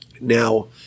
Now